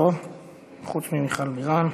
חוץ ממיכל בירן.